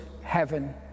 heaven